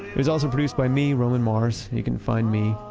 it was also produced by me, roman mars. you can find me